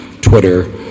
Twitter